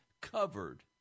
covered